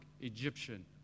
Egyptian